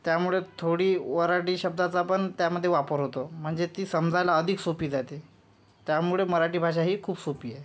त्यामुळे थोडी वऱ्हाडी शब्दाचा पण त्यामध्ये वापर होतो म्हणजे ती समजायला अधिक सोपी जाते त्यामुळे मराठी भाषा ही खूप सोपी आहे